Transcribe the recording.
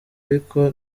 ariko